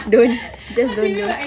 don't just don't do